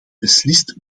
beslist